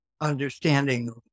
understanding